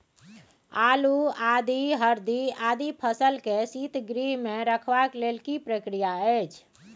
आलू, आदि, हरदी आदि फसल के शीतगृह मे रखबाक लेल की प्रक्रिया अछि?